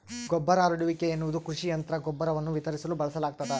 ಗೊಬ್ಬರ ಹರಡುವಿಕೆ ಎನ್ನುವುದು ಕೃಷಿ ಯಂತ್ರ ಗೊಬ್ಬರವನ್ನು ವಿತರಿಸಲು ಬಳಸಲಾಗ್ತದ